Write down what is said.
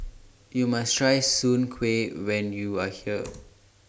YOU must Try Soon Kway when YOU Are here